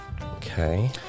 Okay